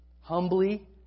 humbly